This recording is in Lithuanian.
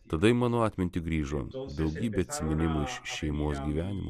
tada į mano atmintį grįžo daugybė atsiminimų iš šeimos gyvenimo